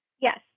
Yes